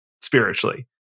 spiritually